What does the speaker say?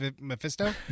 Mephisto